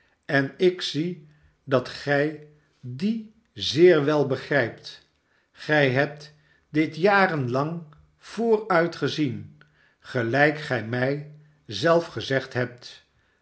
en ik zie dat gij dien zeer wel begrijpt gij hebt dit jaren lang vooruit gezien gelijk gij mij zelf gezegd hebt